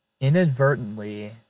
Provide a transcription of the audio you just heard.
inadvertently